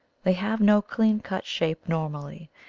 they have no clean-cut shape normally,